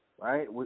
right